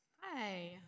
Hi